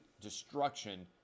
destruction